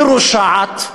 מרושעת,